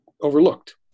overlooked